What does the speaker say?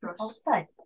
outside